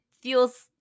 feels